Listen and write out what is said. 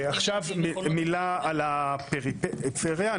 עכשיו מילה על הפריפריה.